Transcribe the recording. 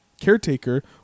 caretaker